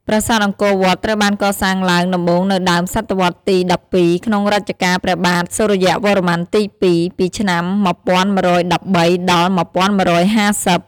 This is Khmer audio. ប្រាសាទអង្គរវត្ត ត្រូវបានកសាងឡើងដំបូងនៅដើមសតវត្សរ៍ទី១២ ក្នុងរជ្ជកាលព្រះបាទសូរ្យវរ្ម័នទី២ ពីឆ្នាំ ១១១៣ ដល់ ១១៥០។